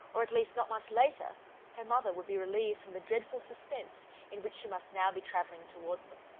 or at least not much later her mother would be relieved from the dreadful suspense in which she must now be travelling towards them.